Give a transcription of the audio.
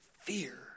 fear